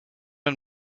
and